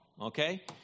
okay